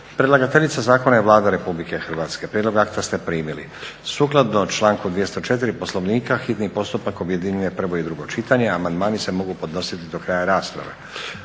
Predlagateljica zakona je Vlada Republike Hrvatske. Prijedlog akta ste primili. Sukladno članku 204. Poslovnika hitni postupak objedinjuje prvo i drugo čitanje. Amandmani se mogu podnositi do kraja rasprave.